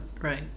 right